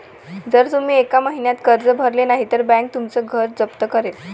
जर तुम्ही एका महिन्यात कर्ज भरले नाही तर बँक तुमचं घर जप्त करेल